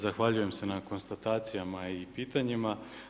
Zahvaljujem se na konstatacijama i pitanjima.